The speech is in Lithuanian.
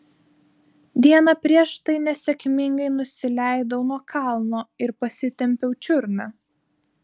dieną prieš tai nesėkmingai nusileidau nuo kalno ir pasitempiau čiurną